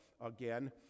again